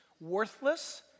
worthless